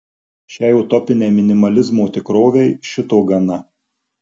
šiai utopinei minimalizmo tikrovei šito gana